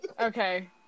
Okay